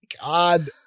God